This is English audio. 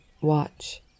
watch